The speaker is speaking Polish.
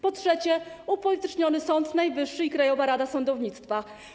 Po trzecie, upolityczniony Sąd Najwyższy i Krajowa Rada Sądownictwa.